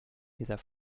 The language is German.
dieser